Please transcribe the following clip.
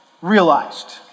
realized